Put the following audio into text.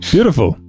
Beautiful